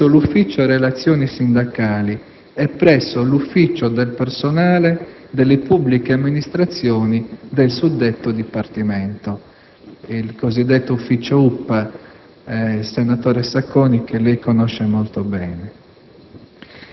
presso l'Ufficio relazioni sindacali e presso l'Ufficio del personale delle pubbliche amministrazioni del suddetto Dipartimento; il cosiddetto ufficio UPPA, che il senatore Sacconi conosce molto bene.